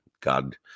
God